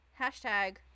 hashtag